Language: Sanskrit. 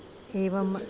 एवम्